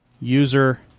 user